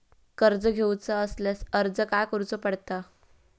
कर्ज घेऊचा असल्यास अर्ज खाय करूचो पडता?